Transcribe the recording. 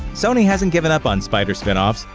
sony hasn't given up on spider-spinoffs,